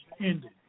ended